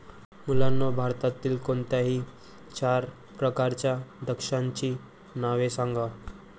मुलांनो भारतातील कोणत्याही चार प्रकारच्या द्राक्षांची नावे सांगा